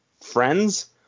friends